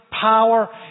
Power